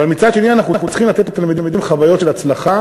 אבל מצד שני אנחנו צריכים לתת לתלמידים חוויות של הצלחה